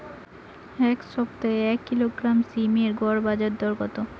এই সপ্তাহে এক কিলোগ্রাম সীম এর গড় বাজার দর কত?